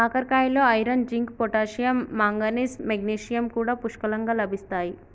కాకరకాయలో iron, zinc, potassium, manganese, magnesium కూడా పుష్కలంగా లభిస్తాయి